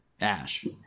ash